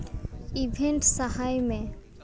event ᱥᱟᱦᱟᱭ ᱢᱮ